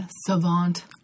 savant